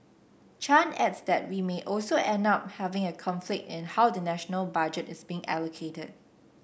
Chan adds that we may also end up having a conflict in how the national budget is being allocated